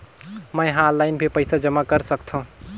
मैं ह ऑनलाइन भी पइसा जमा कर सकथौं?